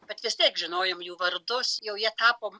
bet vis tiek žinojom jų vardus jau jie tapo